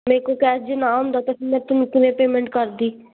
ਮੇਰੇ ਕੋਲ ਕੈਸ਼ ਜੇ ਨਾ ਹੁੰਦਾ ਤਾਂ ਮੈਂ ਤੈਨੂੰ ਕਿਵੇਂ ਪੇਮੈਂਟ ਕਰਦੀ